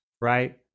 Right